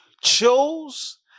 chose